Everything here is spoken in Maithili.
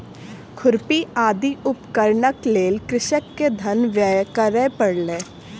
खुरपी आदि उपकरणक लेल कृषक के धन व्यय करअ पड़लै